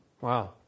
Wow